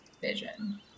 vision